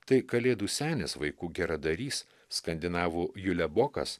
tai kalėdų senis vaikų geradarys skandinavų julebokas